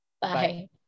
Bye